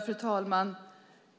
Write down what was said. Fru talman!